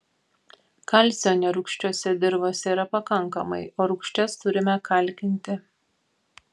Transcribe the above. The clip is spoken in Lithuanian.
kalcio nerūgščiose dirvose yra pakankamai o rūgščias turime kalkinti